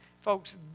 folks